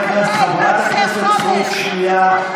אתה מתעלל באנשי חומש, חברת הכנסת סטרוק, שנייה.